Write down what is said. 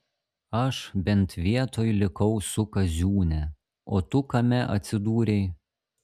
aš bent vietoj likau su kaziūne o tu kame atsidūrei